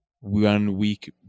one-week